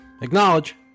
Acknowledge